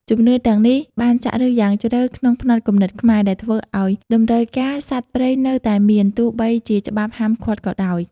ជំនឿទាំងនេះបានចាក់ឫសយ៉ាងជ្រៅក្នុងផ្នត់គំនិតខ្មែរ ដែលធ្វើឱ្យតម្រូវការសត្វព្រៃនៅតែមាន ទោះបីជាច្បាប់ហាមឃាត់ក៏ដោយ។